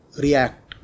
react